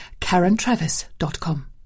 karentravis.com